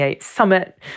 Summit